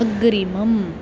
अग्रिमम्